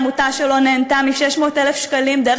העמותה שלו נהנתה מ-600,000 שקלים דרך